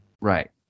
Right